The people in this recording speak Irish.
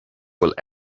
bhfuil